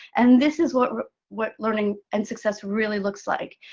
and this is what what learning and success really looks like.